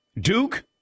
Duke